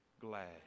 glad